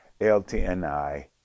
ltni